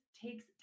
takes